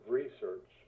research